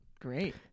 Great